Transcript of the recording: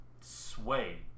sway